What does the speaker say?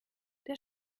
der